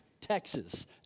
Texas